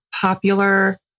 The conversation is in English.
popular